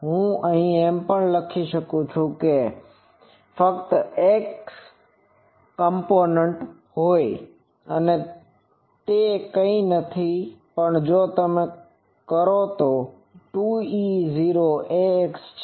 હું અહીં એમ પણ કહી શકું છું કે તેમાં ફક્ત એક x કમ્પોનન્ટ હશે અને તે કંઈ નથી પણ જો તમે કરો તો 2E0 ax છે